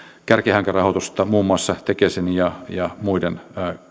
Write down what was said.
kärkihankerahoitusta muun muassa tekesin ja ja muiden